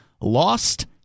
lost